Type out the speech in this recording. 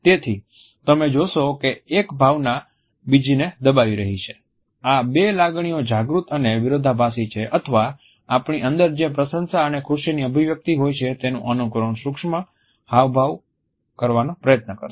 તેથી તમે જોશો કે એક ભાવના બીજીને દબાવી રહી છે આ બે લાગણીઓ જાગૃત અને વિરોધાભાસી છે અથવા આપણી અંદર જે પ્રશંસા અને ખુશીની અભિવ્યક્તિ હોય છે તેનું અનુકરણ સૂક્ષ્મ હાવભાવ કરવાનો પ્રયાસ કરશે